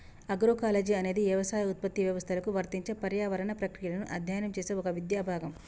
agroecology అనేది యవసాయ ఉత్పత్తి వ్యవస్థలకు వర్తించే పర్యావరణ ప్రక్రియలను అధ్యయనం చేసే ఒక విద్యా భాగం